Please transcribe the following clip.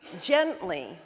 gently